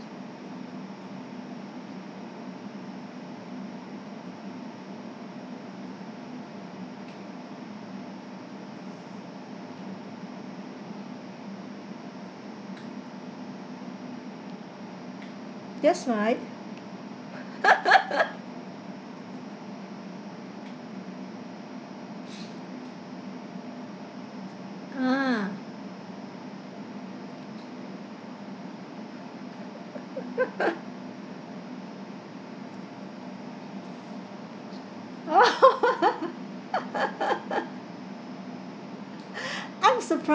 that's right ah I'm surprise